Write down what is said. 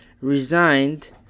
resigned